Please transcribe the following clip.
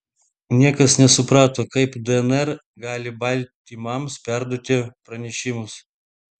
niekas nesuprato kaip dnr gali baltymams perduoti pranešimus